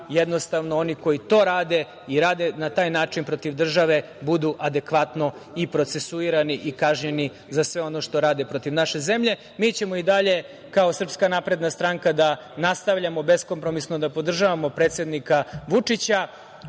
jednostavno oni koji to rade i rade na taj način protiv države budu adekvatno i procesuirani i kažnjeni za sve ono što rade protiv naše zemlje. Mi ćemo i dalje kao Srpska napredna stranka da nastavljamo beskompromisno da podržavamo predsednika Vučića